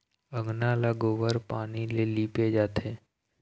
अंगना ल गोबर पानी ले लिपे जाथे